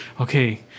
okay